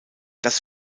das